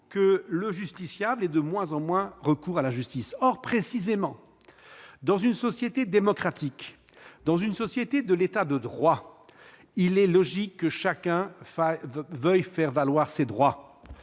que le justiciable y ait de moins en moins recours. Or, précisément, dans une société démocratique, dans un État de droit, il est logique que chacun veuille faire valoir ses droits.